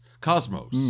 Cosmos